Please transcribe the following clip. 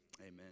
amen